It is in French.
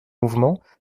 mouvements